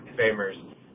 Famers